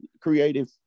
creative